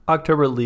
October